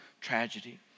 tragedy